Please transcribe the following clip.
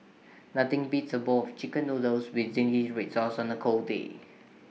nothing beats A bowl of Chicken Noodles with Zingy Red Sauce on A cold day